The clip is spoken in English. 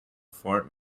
fort